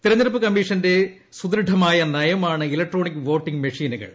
തെരഞ്ഞെടുപ്പ് കമ്മീഷന്റെ സുദൃഡമായ നയമാണ് ഇലക്ട്രോണിക് വോട്ടിങ് മെഷീനുകൾ